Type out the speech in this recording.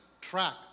track